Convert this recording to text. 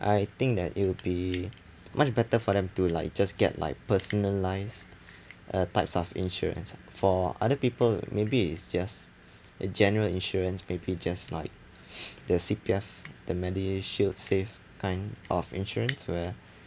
I think that it'll be much better for them to like just get like personalised uh types of insurance ah for other people maybe it's just a general insurance maybe just like the C_P_F the MediShield safe kind of insurance where